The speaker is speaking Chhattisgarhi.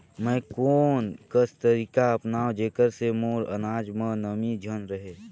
मैं कोन कस तरीका अपनाओं जेकर से मोर अनाज म नमी झन रहे?